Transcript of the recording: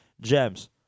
Gems